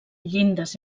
llindes